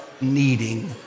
needing